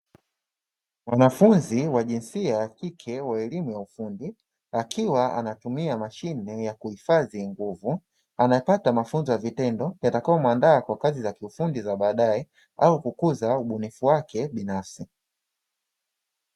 Mwanafunzi wa jinsia ya kike wa elimu ya ufundi, akiwa anatumia mashine ya kuhifadhi nguvu, anapata mafunzo ya vitendo yatakayo muandaa kwa kazi za kiufundi za baadae au kukuza ubunifu wake binafsi.